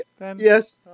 yes